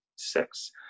six